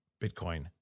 Bitcoin